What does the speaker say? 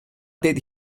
did